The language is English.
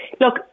look